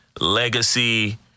legacy